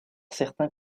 certains